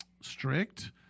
strict